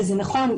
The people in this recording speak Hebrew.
וזה נכון,